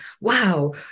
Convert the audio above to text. wow